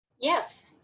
Yes